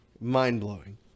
mind-blowing